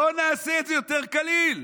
בוא נעשה את זה יותר קליל.